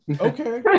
Okay